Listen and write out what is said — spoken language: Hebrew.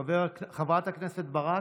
חברת הכנסת ברק,